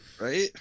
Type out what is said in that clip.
right